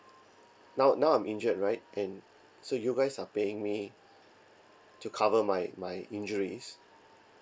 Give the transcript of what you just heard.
now now I'm injured right and so you guys are paying me to cover my my injuries